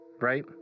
Right